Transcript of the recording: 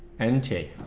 and tee